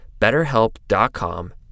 betterhelp.com